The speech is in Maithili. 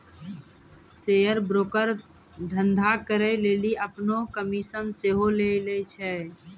शेयर ब्रोकर धंधा करै लेली अपनो कमिशन सेहो लै छै